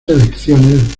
elecciones